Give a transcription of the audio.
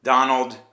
Donald